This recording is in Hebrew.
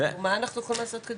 מה אנחנו יכולים לעשות?